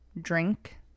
drink